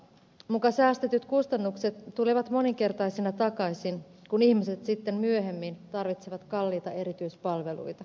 muka säästetyt kustannukset tulevat moninkertaisina takaisin kun ihmiset sitten myöhemmin tarvitsevat kalliita erityispalveluita